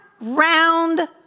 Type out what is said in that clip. round